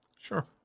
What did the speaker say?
Sure